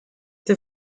the